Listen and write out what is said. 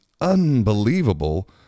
unbelievable